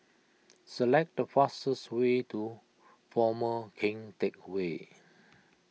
select the fastest way to former Keng Teck Whay